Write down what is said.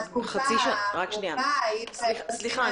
בתקופה הקרובה --- סליחה,